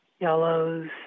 yellows